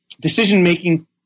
decision-making